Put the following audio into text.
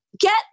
Get